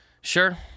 Sure